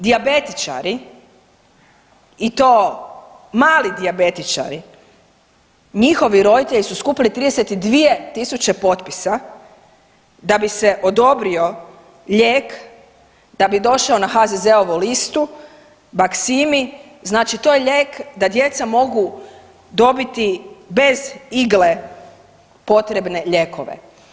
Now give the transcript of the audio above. Dijabetičari i to mali dijabetičari, njihovi roditelji su skupili 32 tisuće potpisa da bi se odobrio lijek, da bi došao na HZZO-ovu listu Baqsimi, znači to je lijek da djeca mogu dobiti bez igle potrebne lijekove.